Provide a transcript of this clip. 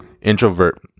introvert